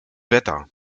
wetter